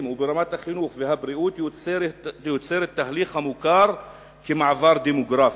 וברמת החינוך והבריאות יוצרת תהליך המוכר כמעבר דמוגרפי.